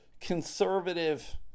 conservative